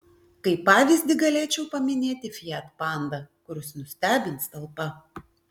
kaip pavyzdį galėčiau paminėti fiat panda kuris nustebins talpa